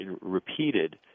repeated